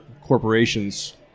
corporations